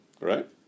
Right